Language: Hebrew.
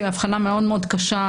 שהיא הבחנה מאוד מאוד קשה,